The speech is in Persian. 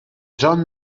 جان